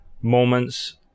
moments